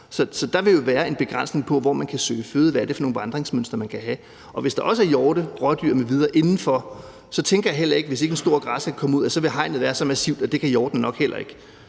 Så der vil jo være en begrænsning i, hvor de kan søge føde, og hvad det er for nogle vandringsmønstre, de kan have. Og hvad angår hjorte, rådyr m.v. i parkerne, så tænker jeg, at hvis ikke en af de store græssere kan komme ud, vil hegnet være så massivt, at hjortene nok heller ikke